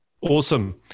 Awesome